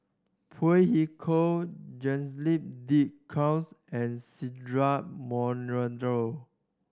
Phey Yew Kok Jacques De Coutre and Cedric Monteiro